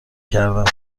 کردم